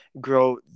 grow